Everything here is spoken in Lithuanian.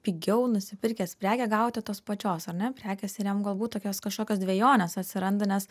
pigiau nusipirkęs prekę gauti tos pačios ar ne prekės ir jam galbūt tokios kažkokios dvejonės atsiranda nes